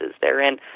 therein